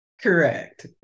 correct